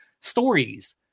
stories